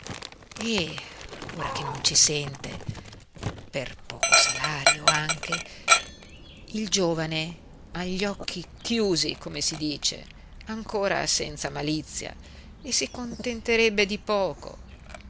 e ora che non ci sente per poco salario anche il giovane ha gli occhi chiusi come si dice ancora senza malizia e si contenterebbe di poco